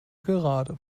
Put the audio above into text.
gerade